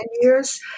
years